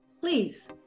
please